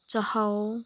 ꯆꯥꯛꯍꯥꯎ